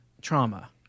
trauma